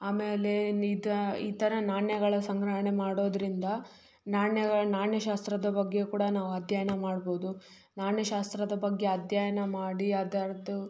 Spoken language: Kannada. ಆಮೇಲೆ ನಿದಾ ಈ ಥರ ನಾಣ್ಯಗಳ ಸಂಗ್ರಹಣೆ ಮಾಡೋದರಿಂದ ನಾಣ್ಯಗ ನಾಣ್ಯಶಾಸ್ತ್ರದ ಬಗ್ಗೆ ಕೂಡ ನಾವು ಅಧ್ಯಯನ ಮಾಡ್ಬೌದು ನಾಣ್ಯಶಾಸ್ತ್ರದ ಬಗ್ಗೆ ಅಧ್ಯಯನ ಮಾಡಿ ಅದರದು